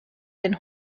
den